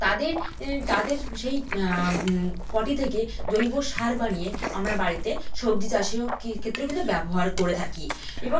তাদের তাদের সেই পটি থেকে জৈব সার বানিয়ে আমরা বাড়িতে সবজি চাষেও কী ক্ষেত্রেও কিন্তু ব্যবহার করে থাকি এবং